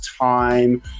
time